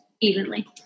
evenly